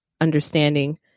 understanding